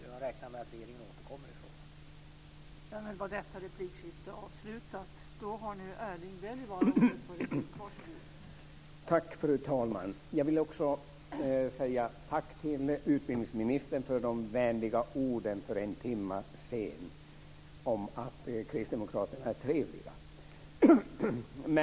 Jag räknar med att regeringen återkommer i frågan.